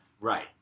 Right